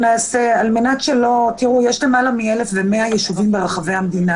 יש למעלה מ-1,100 ישובים ברחבי המדינה.